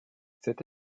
cet